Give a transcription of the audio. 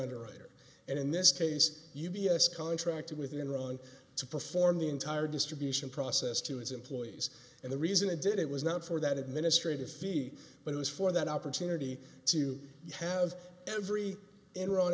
underwriter and in this case u b s contracted with enron to perform the entire distribution process to its employees and the reason it did it was not for that administrative fee but it was for that opportunity to have every enron